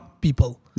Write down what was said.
people